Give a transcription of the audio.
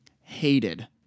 hated